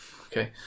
okay